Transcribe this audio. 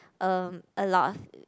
um a lot